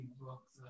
books